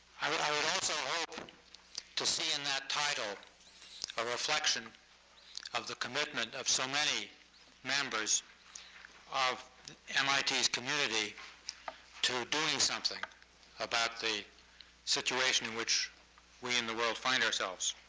i would i would also hope to see in that title a reflection of the commitment of so many members of um my team's community to doing something about the situation in which we in the world find ourselves.